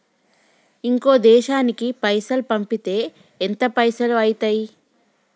ఇంకో దేశానికి పైసల్ పంపితే ఎంత పైసలు అయితయి?